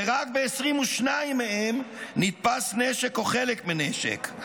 ורק ב-22 מהם נתפס נשק או חלק מנשק.